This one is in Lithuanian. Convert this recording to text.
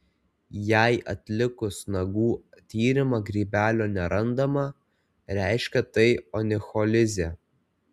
jei atlikus nagų tyrimą grybelio nerandama reiškia tai onicholizė